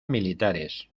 militares